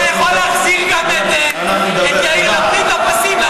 אתה יכול להחזיר גם את יאיר לפיד לפסים?